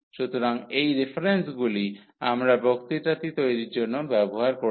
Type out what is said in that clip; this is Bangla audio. সুতরাং এই রেফারেন্সগুলি আমরা বক্তৃতাটি তৈরির জন্য ব্যবহার করেছি